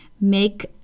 make